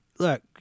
Look